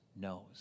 knows